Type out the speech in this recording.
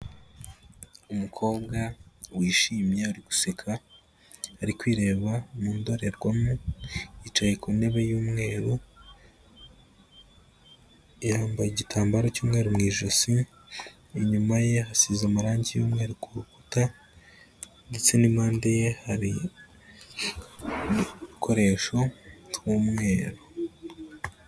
Umukobwa wishimye ari guseka, ari kwireba mu ndorerwamo yicaye ku ntebe y'umweru, yambaye igitambaro cy'umweru mu ijosi, inyuma ye hasize amarangi y'umweru ku rukuta ndetse n'impande ye hari udukoresho tw'umweru.